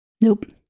Nope